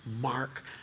mark